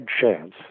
chance